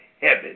heaven